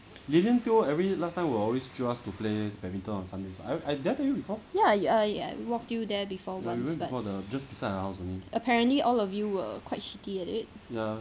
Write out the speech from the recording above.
ya I I walked you there before awhile back apparently all of you were quite shitty at it